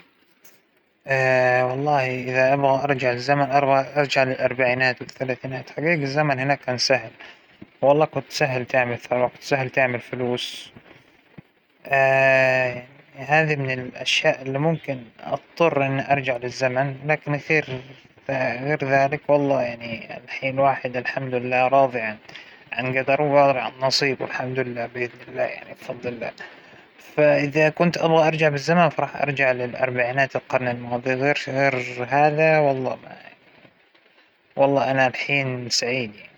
ما أظن أنه أبى أرجع لتاريخ معين بعينه، لأ أنا أبى أرجع لحقبة زمنية، يعنى أبى أرجع للحقبة حقة الرسول، أبى أرجع للحقبة حقة إنتشار الإسلام، أبى أرجع للحقبة الفكتورية، أبى أرجع لحقبة الفراعنة، أبى أرجع لحقب كثير جدا وأتجول فى التاريخ، سلمونى آلة الزمن.